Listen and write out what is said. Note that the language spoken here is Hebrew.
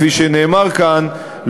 כפי שנאמר כאן,